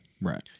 Right